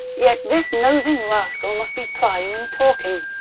yet this nosing rascal must be prying and talking.